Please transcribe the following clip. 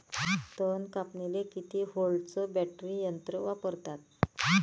तन कापनीले किती व्होल्टचं बॅटरी यंत्र वापरतात?